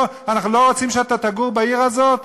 "אנחנו לא רוצים שאתה תגור בעיר הזאת"?